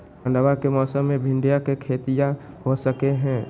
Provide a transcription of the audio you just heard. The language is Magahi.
ठंडबा के मौसमा मे भिंडया के खेतीया हो सकये है?